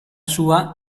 sua